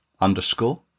underscore